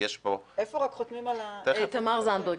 כי יש פה --- איפה רק חותמים על --- תמר זנדברג,